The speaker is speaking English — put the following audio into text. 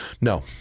No